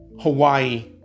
Hawaii